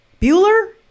Bueller